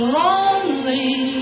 lonely